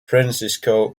francisco